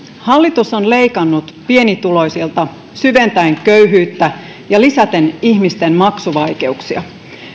hallitus on leikannut pienituloisilta syventäen köyhyyttä ja lisäten ihmisten maksuvaikeuksia